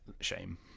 shame